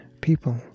people